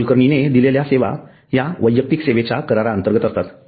मोलकरीणाने दिलेल्या सेवा ह्या वैयक्तिक सेवेच्या कराराअंतर्गत असतात